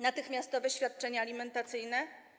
Natychmiastowe świadczenia alimentacyjne?